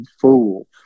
fool